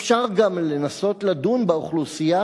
אפשר גם לנסות לדון באוכלוסייה,